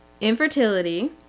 infertility